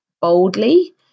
boldly